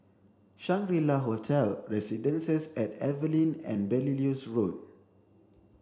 Shangri La Hotel Residences and Evelyn and Belilios Road